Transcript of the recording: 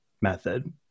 method